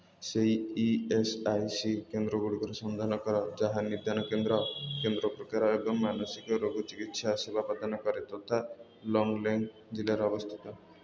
ସେହି E S I C କେନ୍ଦ୍ରଗୁଡ଼ିକର ସନ୍ଧାନ କର ଯାହା ନିଦାନ କେନ୍ଦ୍ର କେନ୍ଦ୍ର ପ୍ରକାର ଏବଂ ମାନସିକ ରୋଗ ଚିକିତ୍ସା ସେବା ପ୍ରଦାନ କରେ ତଥା ଲୋଙ୍ଗ୍ଲେଙ୍ଗ୍ ଜିଲ୍ଲାରେ ଅବସ୍ଥିତ